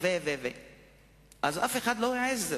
האנשים האלה עשו את העבודה שלהם ברמה המקצועית על הצד הטוב ביותר.